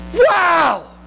Wow